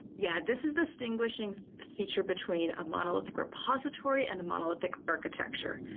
yeah, this is distinguishing feature between a monolithic repository and a monolithic architecture.